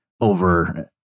over